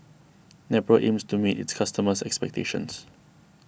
Nepro aims to meet its customers' expectations